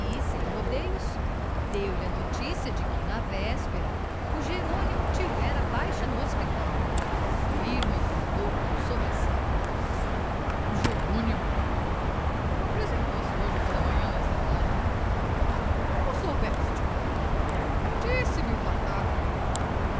sem rodeios deu-lhe a noticia de que na véspera o jerônimo tivera alta do hospital firmo acordou com um sobressalto o jerônimo apresentou-se hoje pela manhã na estalagem como soubeste disse-me o pataca